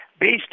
based